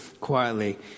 quietly